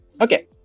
okay